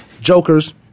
jokers